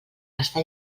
està